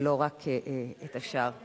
ולא רק את השאר.